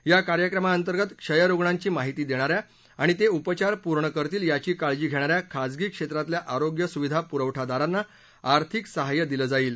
या कार्यक्रमांतर्गत क्षयरुग्णांची माहिती देणा या आणि ते उपचार पूर्ण करतील याची काळजी घेणा या खाजगी क्षेत्रातल्या आरोग्य सुविधा पुरवठादारांना आर्थिक सहाय्य दिलं जाईल